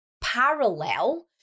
parallel